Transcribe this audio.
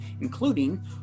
including